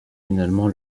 finalement